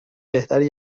بهتره